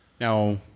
Now